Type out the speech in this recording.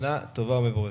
שנה טובה ומבורכת.